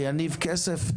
ויניב כסף,